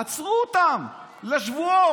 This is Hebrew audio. עצרו אותן לשבועות.